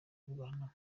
kwirwanaho